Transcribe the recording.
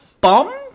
bomb